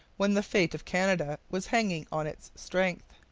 when the fate of canada was hanging on its strength.